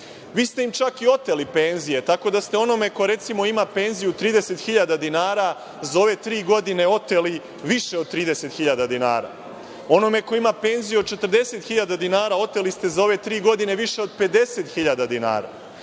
Vi ste im čak i oteli penzije, tako da ste onome ko recimo ima penziju 30.000 dinara za ove tri godine oteli više od 30.000 dinara, onome ko ima penziju 40.000 penziju oteli ste za ove tri godine više od 50.000 dinara,